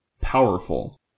powerful